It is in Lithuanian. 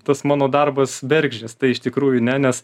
tas mano darbas bergždžias tai iš tikrųjų ne nes